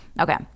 Okay